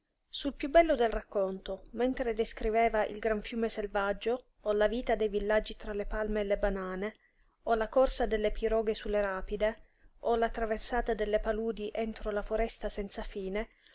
sul piú bello del racconto mentre descriveva il gran fiume selvaggio o la vita dei villaggi tra le palme e le banane o la corsa delle piroghe su le rapide o la traversata delle paludi entro la foresta senza fine